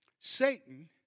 Satan